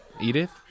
Edith